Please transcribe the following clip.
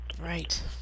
Right